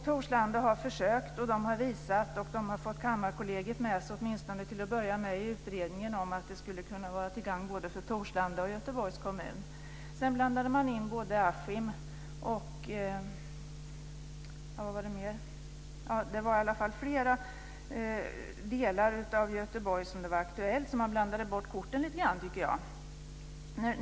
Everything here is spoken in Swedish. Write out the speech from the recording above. Torslanda har försökt och visat, och fått Kammarkollegiet med sig åtminstone till en början i utredningen, att detta skulle kunna vara till gagn både för Torslanda och för Göteborgs kommun. Sedan blandade man in Askim och flera andra delar av Göteborg och blandade på så sätt bort korten lite grann, tycker jag.